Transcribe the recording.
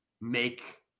make